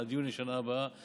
עקבתי, לכן אני שואל.